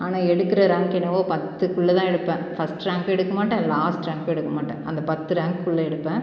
ஆனால் எடுக்கிற ரேங்க் என்னவோ பத்துக்குள்ளே தான் எடுப்பேன் ஃபஸ்ட் ரேங்க்கும் எடுக்கமாட்டேன் லாஸ்ட் ரேங்க்கும் எடுக்கமாட்டேன் அந்த பத்து ரேங்க் குள்ளே எடுப்பேன்